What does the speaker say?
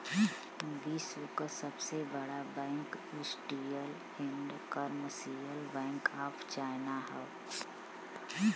विश्व क सबसे बड़ा bank industrial and commercial bank of China हौ